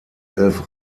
elf